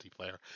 multiplayer